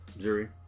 Jury